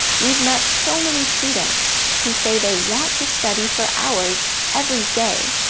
we've met so many students who say they want to study for hours every day,